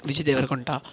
Vijay Deverakonda